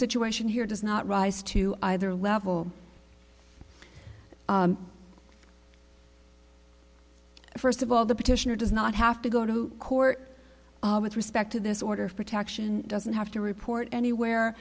situation here does not rise to either level first of all the petitioner does not have to go to court with respect to this order of protection doesn't have to report anywhere